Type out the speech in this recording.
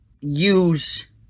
use